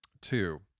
Two